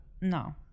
No